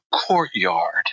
courtyard